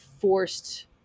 forced